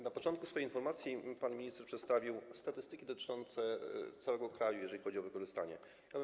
Na początku swojej informacji pan minister przedstawił statystyki dotyczące całego kraju, jeżeli chodzi o wykorzystanie środków.